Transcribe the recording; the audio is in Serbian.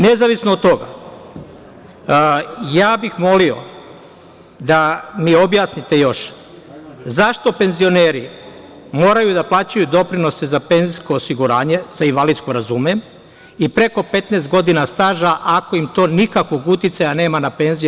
Nezavisno od toga, ja bih molio da mi objasnite još zašto penzioneri moraju da plaćaju doprinose za penzijsko osiguranje, za invalidsko razume, i preko 15 godina staža ako im to nikakvog uticaja nema na penzije?